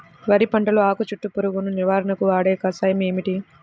వరి పంటలో ఆకు చుట్టూ పురుగును నివారణకు వాడే కషాయం ఏమిటి?